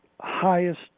highest